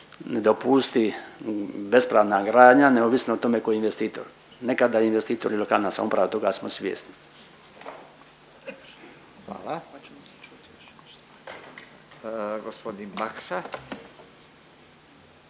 dopusti bespravna gradnja, neovisno o tome ko je investitor. Nekada je investitor i lokalna samouprava toga smo svjesni. **Radin,